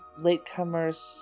Latecomers